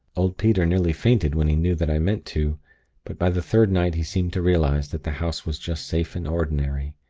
old peter nearly fainted when he knew that i meant to but by the third night he seemed to realize that the house was just safe and ordinary.